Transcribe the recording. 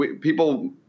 People